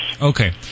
Okay